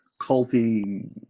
culty